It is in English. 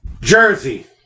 Jersey